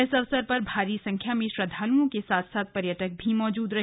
इस अवसर पर भारी संख्या में श्रद्धालुओं के साथ साथ पर्यटक भी मौजूद रहे